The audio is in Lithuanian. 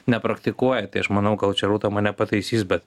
nepraktikuoja tai aš manau gal čia rūta mane pataisys bet